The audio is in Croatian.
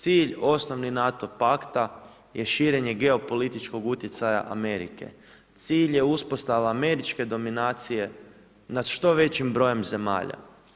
Cilj osnovni NATO pakta je širenje geo političkog utjecaja Amerike, cilj je uspostava američke dominacije nad što većim brojem zemalja.